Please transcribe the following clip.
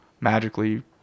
magically